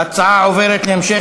ההצעה להעביר את הצעת